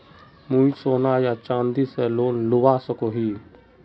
मुई सोना या चाँदी से लोन लुबा सकोहो ही?